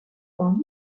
dans